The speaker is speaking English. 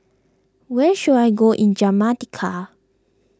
where should I go in Jamaica